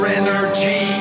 energy